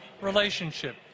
relationship